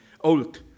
old